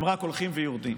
הם רק הולכים ויורדים,